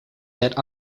yet